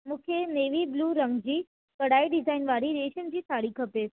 मूंखे navy blue रंग जी कढ़ाई डिजाइन वारी रेशम जी साड़ी खपे